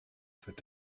wird